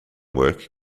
work